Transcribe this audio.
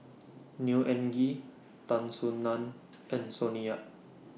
Neo Anngee Tan Soo NAN and Sonny Yap